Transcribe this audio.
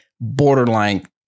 borderline